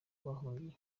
yahungiye